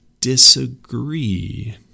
disagree